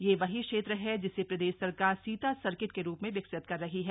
यह वही क्षेत्र है जिसे प्रदेश सरकार सीता सर्किट के रूप में विकसित कर रही है